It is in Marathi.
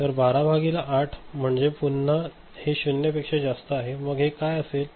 तर 12 भागिले 8 म्हणजे पुन्हा हे 0 पेक्षा जास्त आहे मग हे काय असेल